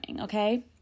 okay